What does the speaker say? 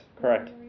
correct